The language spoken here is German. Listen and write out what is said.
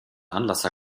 anlasser